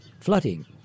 flooding